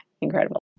incredible